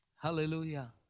Hallelujah